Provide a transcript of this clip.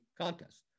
contest